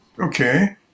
Okay